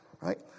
right